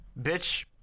bitch